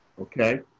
okay